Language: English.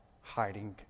hiding